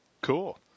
Cool